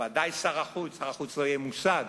ודאי שר החוץ, לשר החוץ לא יהיה מושג,